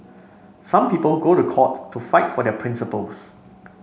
some people go to court to fight for their principles